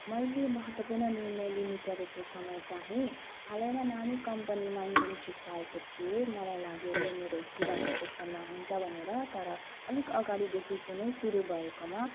मैले महत्त्वपूर्ण निर्णय लिनु परेको समय चाहिँ हालैमा नामी कम्पनीमा इनटर्नसिप पाएको थिएँ मलाई लाग्यो यो मेरो पूजा भेकेसनमा हुन्छ भनेर तर अलिक अगाडिदेखिको नै सुरु भएकोमा